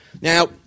Now